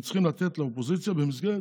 הם צריכים לתת לאופוזיציה במסגרת